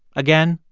again,